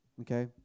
okay